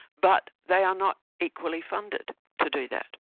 but they are not equally funded to do that.